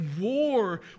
war